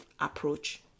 approach